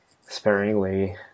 sparingly